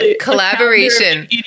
Collaboration